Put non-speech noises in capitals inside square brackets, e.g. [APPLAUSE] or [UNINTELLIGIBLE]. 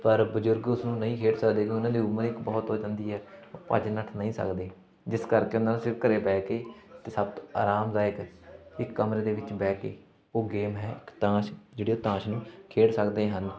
ਪਰ ਬਜ਼ੁਰਗ ਉਸਨੂੰ ਨਹੀਂ ਖੇਡ ਸਕਦੇ [UNINTELLIGIBLE] ਉਹਨਾਂ ਦੀ ਉਮਰ ਇੱਕ ਬਹੁਤ ਹੋ ਜਾਂਦੀ ਹੈ ਉਹ ਭੱਜ ਨੱਠ ਨਹੀਂ ਸਕਦੇ ਜਿਸ ਕਰਕੇ ਉਹਨਾਂ ਨੂੰ ਸਿਰਫ ਘਰ ਬਹਿ ਕੇ ਅਤੇ ਸਭ ਆਰਾਮਦਾਇਕ ਇੱਕ ਕਮਰੇ ਦੇ ਵਿੱਚ ਬਹਿ ਕੇ ਉਹ ਗੇਮ ਹੈ ਇੱਕ ਤਾਸ਼ ਜਿਹੜੀ ਉਹ ਤਾਸ਼ ਨੂੰ ਖੇਡ ਸਕਦੇ ਹਨ